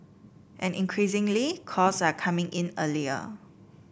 and increasingly calls are coming in earlier